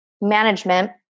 management